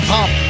Pop